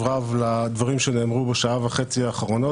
רב לדברים שנאמרו בשעה וחצי האחרונות,